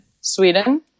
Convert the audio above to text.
Sweden